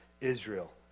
Israel